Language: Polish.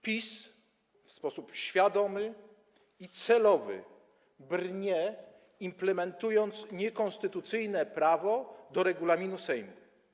PiS w sposób świadomy i celowy brnie, implementując niekonstytucyjne prawo do regulaminu Sejmu.